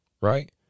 Right